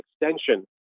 extension